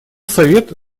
совет